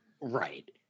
Right